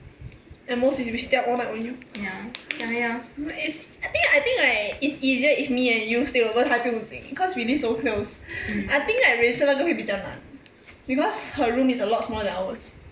at most is we stay up all night only orh is I think I think like it's easier if me and you stay over 还不用经 cause we live so close I think like rachel 那个会比较难 because her room is a lot smaller than ours